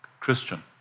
Christian